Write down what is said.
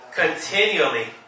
continually